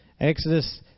Exodus